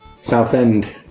Southend